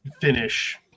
finish